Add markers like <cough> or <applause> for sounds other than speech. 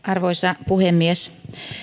<unintelligible> arvoisa puhemies